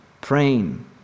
praying